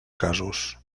casos